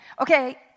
okay